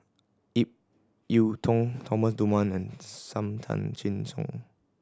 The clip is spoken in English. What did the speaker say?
Ip Yiu Tung Thomas Dunman and Sam Tan Chin Siong